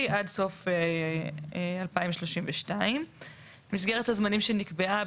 עד סוף 2032. מסגרת הזמנים שנקבעה,